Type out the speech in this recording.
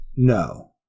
No